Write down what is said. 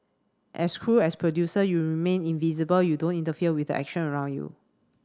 as crew as producer you remain invisible you don't interfere with the action around you